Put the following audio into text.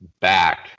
back